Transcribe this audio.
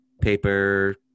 paper